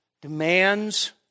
demands